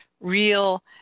real